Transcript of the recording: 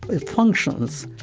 its functions,